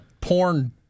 porn